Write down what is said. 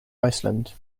iceland